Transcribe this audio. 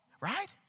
right